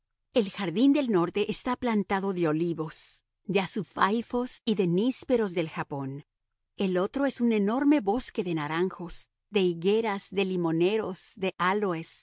el jardín del norte está plantado de olivos de azufaifos y de nísperos del japón el otro es un enorme bosque de naranjos de higueras de limoneros de áloes